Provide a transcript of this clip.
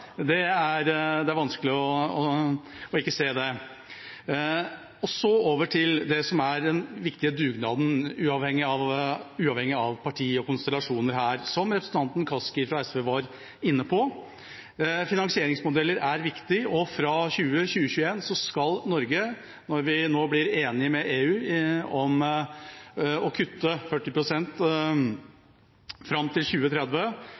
framdrift. Så det er vanskelig å ikke se at vi har en plan. Så over til det som er den viktige dugnaden, uavhengig av partier og konstellasjoner her, som representanten Kaski fra SV var inne på. Finansieringsmodeller er viktige, og fra 2021 skal Norge, når vi nå blir enige med EU om å kutte 40 pst. fram til 2030